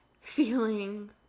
feeling